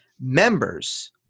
members